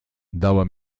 dała